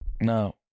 No